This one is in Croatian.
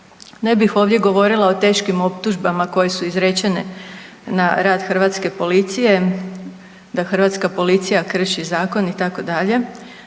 Ne bih ovdje govorila o teškim optužbama koje su izrečene na rad hrvatske policije, da hrvatska policija krši zakon itd.,